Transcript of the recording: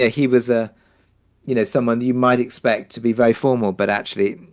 ah he was a you know, someone you might expect to be very formal. but actually,